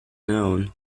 known